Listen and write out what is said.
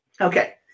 Okay